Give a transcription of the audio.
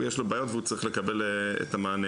הוא יש לו בעיות והוא צריך לקבל את המענה